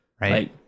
Right